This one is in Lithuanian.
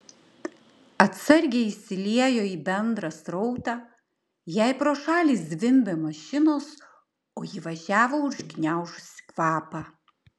atsargiai įsiliejo į bendrą srautą jai pro šalį zvimbė mašinos o ji važiavo užgniaužusi kvapą